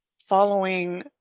following